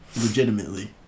legitimately